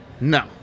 No